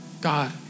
God